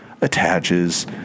attaches